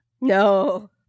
No